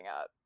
up